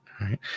right